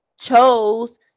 chose